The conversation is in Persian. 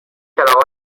کراوات